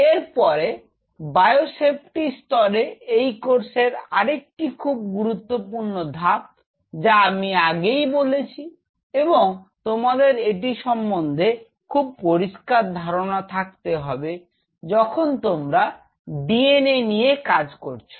এরপরে বায়োসেফটি স্তরে এই কোর্সের আরেকটি খুব গুরুত্বপূর্ণ ধাপ যা আমি আগেই বলেছি এবং তোমাদের এটি সম্বন্ধে খুব পরিষ্কার ধারণা থাকতে হবে যখন তোমরা DNA দিয়ে নিয়ে নিয়ে কাজ করছ